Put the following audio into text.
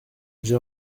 j’ai